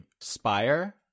spire